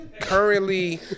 currently